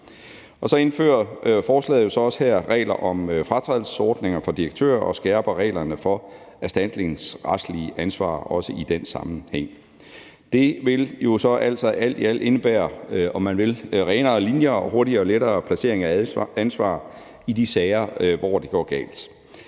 Så indfører forslaget her også regler for fratrædelsesordninger for direktører og skærper reglerne for erstatningsretligt ansvar også i den sammenhæng. Det vil jo så altså alt i alt indebære renere linjer og hurtigere og lettere placering af ansvar i de sager, hvor det går galt.